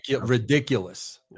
ridiculous